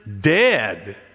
dead